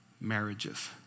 marriages